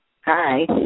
Hi